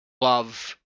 love